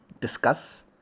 discuss